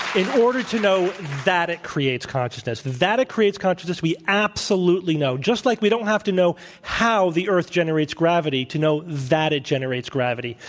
in order to know that it creates consciousness. that it creates consciousness, we absolutely know, just like we don't have to know how the earth generates gravity to know that it generates gravity.